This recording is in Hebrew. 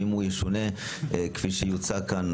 אם הוא ישונה כפי שיוצג כאן,